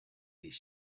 his